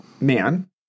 man